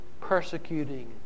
persecuting